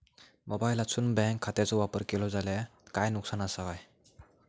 मोबाईलातसून बँक खात्याचो वापर केलो जाल्या काय नुकसान असा काय?